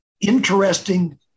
interesting